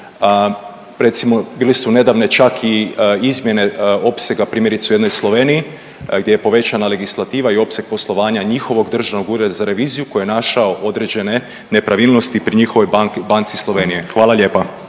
bile su nedavne čak i izmjene opsega primjerice u jednoj Sloveniji gdje je povećana legislativa i opseg poslovanja njihovog Državnog ureda za reviziju koji je našao određene nepravilnosti pri njihovoj banci Slovenije. Hvala lijepa.